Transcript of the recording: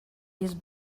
his